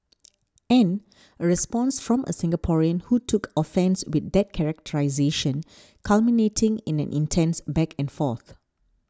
and a response from a Singaporean who took offence with that characterisation culminating in an intense back and forth